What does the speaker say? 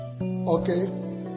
Okay